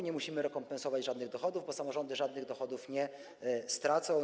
Nie musimy rekompensować żadnych dochodów, bo samorządy żadnych dochodów nie stracą.